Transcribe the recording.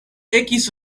ekis